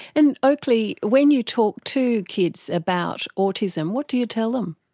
and oakley, when you talk to kids about autism, what do you tell them? i